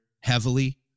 heavily